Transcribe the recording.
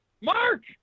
Mark